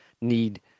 need